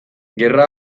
gerra